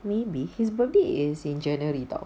maybe his birthday is in january [tau]